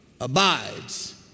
abides